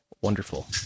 wonderful